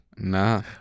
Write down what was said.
Nah